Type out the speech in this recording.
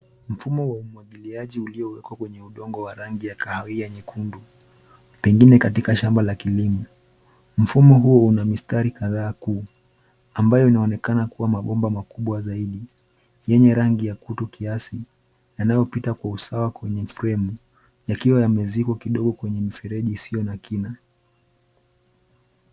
Mfumo wa umwagiliaji uliowekwa kwenye udongo wa rangi ya kahawia nyekundu pengine katika shamba la kilimo, mfumo huu una mistari kadhaa ambayo inaonekana kuwa mabomba makubwa zaidi yenye rangi ya kutu kiasi yanayopita kwa usawa kwenye fremu yakiwa yamezikwa kidogo kwenye mfereji isiyo na kina.